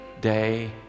day